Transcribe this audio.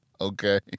Okay